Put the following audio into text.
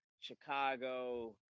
Chicago